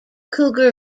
cougar